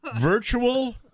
virtual